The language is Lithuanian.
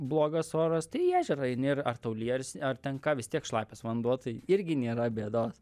blogas oras tai į ežerą eini ir ar tau lyja ar sni ar ten ką vis tiek šlapias vanduo tai irgi nėra bėdos